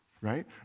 right